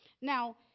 now